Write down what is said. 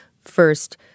first